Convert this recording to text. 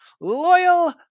loyal